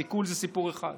סיכול זה סיפור אחד,